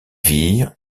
virent